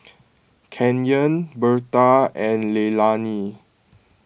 Kenyon Berta and Leilani